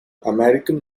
american